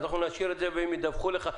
אז אנחנו נאשר את זה והם ידווחו לך.